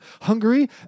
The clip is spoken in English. Hungary